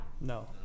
No